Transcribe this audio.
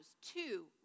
two